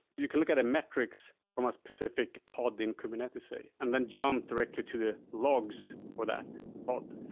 you can look at a metrics from a specific pod in kubernetes, say, and then jump directly to the logs for that pod.